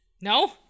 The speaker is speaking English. No